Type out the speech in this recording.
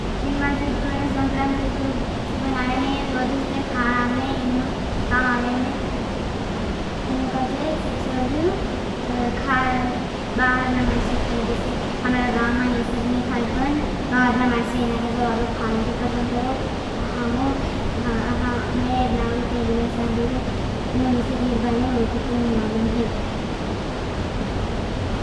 लिमान सीर्को और सोंत्रान सीर्को का शुपण आवेन हैं। ये ज़वधुस्तेर खाणामने इनवाइर कामावेन ने। इनवाइर काजे सबसे वधुब भाहरना मांटशे खाई। जसे हमरा गाओं मांटशे। इससे नहीं खाईपुन भारना माड़ से इना गजवारो खाना भी पसंद करें। हमों हम मेरे नावे पहली बाई साली रहे हैं। ने में से केर बारें वो दुते नहीं मालूम है।